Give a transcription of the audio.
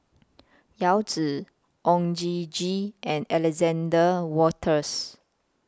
Yao Zi Oon Jin Gee and Alexander Wolters